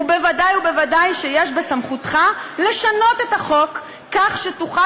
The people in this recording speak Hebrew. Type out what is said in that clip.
ובוודאי יש בסמכותך לשנות את החוק כך שתוכל